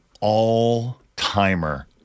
all-timer